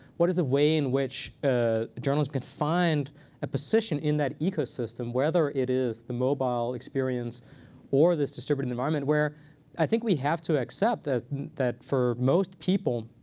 what is the way in which ah journalists can find a position in that ecosystem, whether it is the mobile experience or this distributed environment where i think we have to accept that that for most people,